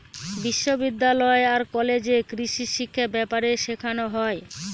বিশ্ববিদ্যালয় আর কলেজে কৃষিশিক্ষা ব্যাপারে শেখানো হয়